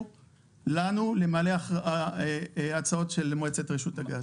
לנו למלא אחר ההצעות של מועצת רשות הגז.